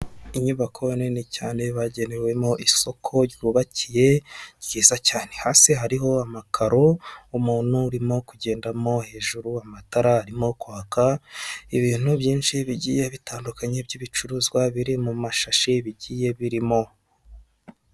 Inyubako nini cyane bagenewemo isoko ryubakiye ryiza cyane hasi hariho amakaro umuntu urimo kugendamo hejuru amatara arimo kwaka ibintu byinshi bigiye bitandukanye by'ibicuruzwa biri mu mashashi bigiye birimo .